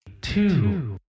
Two